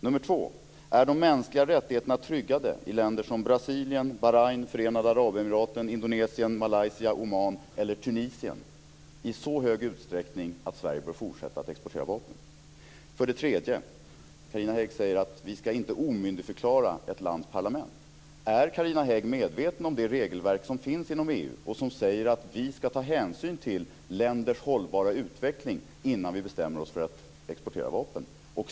Nummer två: Är de mänskliga rättigheterna tryggade i länder som Brasilien, Bahrain, Förenade Arabemiraten, Indonesien, Malaysia, Oman eller Tunisien i så hög grad att Sverige bör fortsätta att exportera vapen? Nummer tre: Carina Hägg säger att vi inte ska omyndigförklara ett lands parlament. Är Carina Hägg medveten om det regelverk som finns inom EU och som säger att vi ska ta hänsyn till länders hållbara utveckling innan vi bestämmer oss för att exportera vapen?